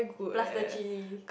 plus the chili